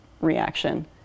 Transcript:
reaction